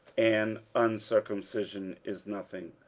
and uncircumcision is nothing,